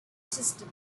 system